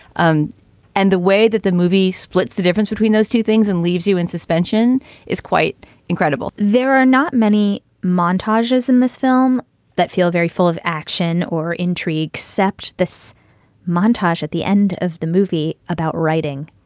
um and the way that the movie splits, the difference between those two things and leaves you in suspension is quite incredible there are not many montages in this film that feel very full of action or intrigue cept this montage at the end of the movie about writing.